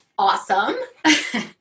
Awesome